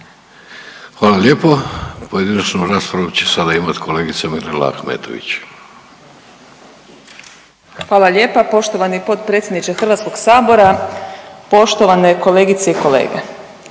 Hvala lijepo. Pojedinačnu raspravu će sada imati kolegica Mirela Ahmetović. **Ahmetović, Mirela (SDP)** Hvala lijepa. Poštovani potpredsjedniče Hrvatskog sabora, poštovane kolegice i kolege,